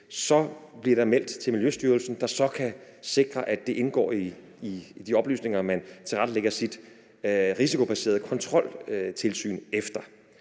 bliver det meldt til Miljøstyrelsen, der så kan sikre, at det indgår i de oplysninger, man tilrettelægger sit risikobaserede kontroltilsyn efter.